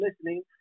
listening